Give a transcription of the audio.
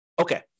Okay